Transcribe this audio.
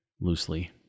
loosely